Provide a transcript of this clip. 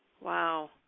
Wow